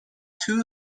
two